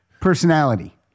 personality